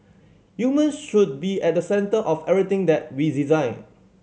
humans should be at the centre of everything that we design